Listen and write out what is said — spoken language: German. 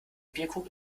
bierkrug